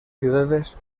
ciudades